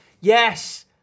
Yes